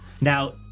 Now